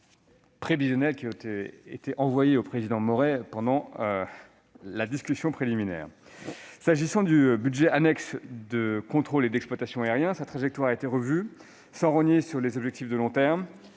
prévisionnels ont été adressés à Hervé Maurey durant la discussion préliminaire. S'agissant du budget annexe « Contrôle et exploitation aériens », sa trajectoire a été revue, sans rogner sur les objectifs de long terme.